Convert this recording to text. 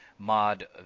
mod